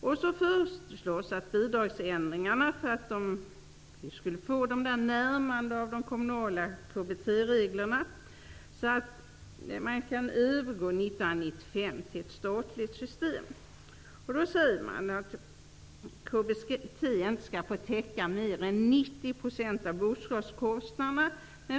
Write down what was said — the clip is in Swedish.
Det föreslås också bidragsändringar för att få till stånd en anpassning av de kommunala KBT reglerna inför en övergång 1995 till ett statligt system. Man föreslår därför att KBT inte skall få täcka mer än 90 % av bostadskostnaderna.